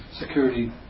security